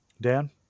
Dan